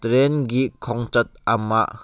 ꯇ꯭ꯔꯦꯟꯒꯤ ꯈꯣꯡꯆꯠ ꯑꯃ